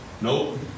Nope